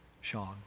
Sean